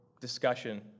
discussion